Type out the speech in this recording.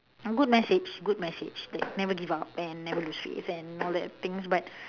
a good message good message never give up and never lose faith and all that things but